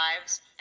lives